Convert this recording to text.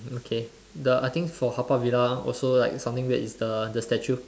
okay the I think for Haw Par Villa also like something weird is the the statue